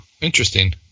interesting